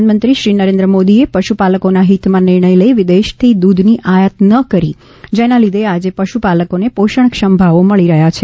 પ્રધાનમંત્રી શ્રી નરેન્દ્ર મોદીએ પશુપાલકોના હિતમાં નિર્ણય લઇ વિદેશથી દૂધની આયાત ન કરી જેના લીધે આજે પશુપાલકોને પોષણક્ષમ ભાવો મળી રહ્યા છે